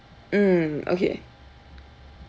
mm okay